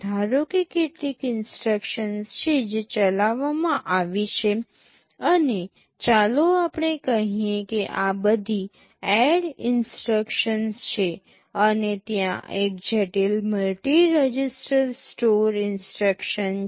ધારો કે કેટલીક ઇન્સટ્રક્શન્સ છે જે ચલાવવામાં આવી છે અને ચાલો આપણે કહીએ કે આ બધી ADD ઇન્સટ્રક્શન્સ છે અને ત્યાં એક જટિલ મલ્ટિ રજિસ્ટર સ્ટોર ઇન્સટ્રક્શન છે